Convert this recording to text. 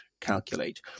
calculate